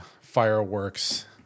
fireworks